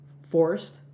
forced